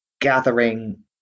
gathering